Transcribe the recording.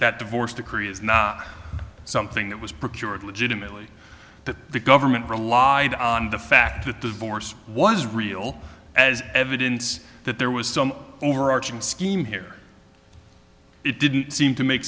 that divorce decree is not something that was procured legitimately that the government relied on the fact that divorce was real as evidence that there was some overarching scheme here it didn't seem to make